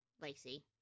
Lacey